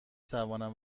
توانم